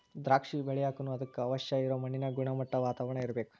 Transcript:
ದ್ರಾಕ್ಷಿ ಬೆಳಿಯಾಕನು ಅದಕ್ಕ ಅವಶ್ಯ ಇರು ಮಣ್ಣಿನ ಗುಣಮಟ್ಟಾ, ವಾತಾವರಣಾ ಇರ್ಬೇಕ